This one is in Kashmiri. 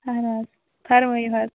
اہَن حظ فَرمٲیِو حظ